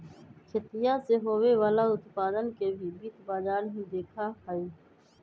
खेतीया से होवे वाला उत्पादन के भी वित्त बाजार ही देखा हई